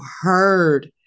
heard